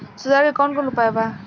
सुधार के कौन कौन उपाय वा?